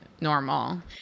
normal